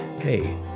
hey